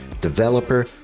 developer